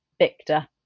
Victor